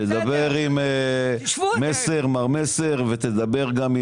תדבר עם מר מסר וגם עם